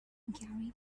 gary